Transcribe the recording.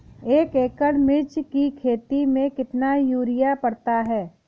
एक एकड़ मिर्च की खेती में कितना यूरिया पड़ता है?